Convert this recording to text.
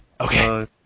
okay